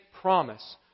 promise